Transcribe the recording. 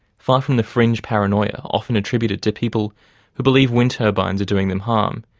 far from the fringe paranoia often attributed to people who believe wind turbines are doing them harm,